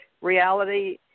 Reality